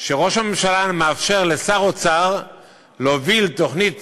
שראש הממשלה מאפשר לשר האוצר להוביל תוכנית